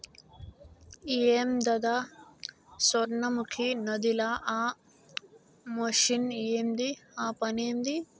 ఏందద సొర్ణముఖి నదిల ఆ మెషిన్ ఏంది ఆ పనేంది